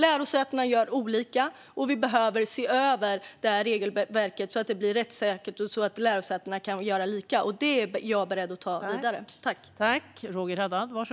Lärosäten gör olika, och vi behöver se över regelverket så att det blir rättssäkert och så att lärosätena kan göra lika. Jag är beredd att ta detta vidare.